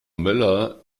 möller